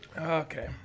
Okay